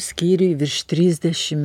skyriui virš trisdešim